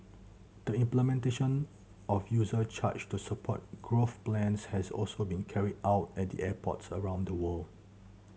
the implementation of user charge to support growth plans has also been carried out at the airports around the world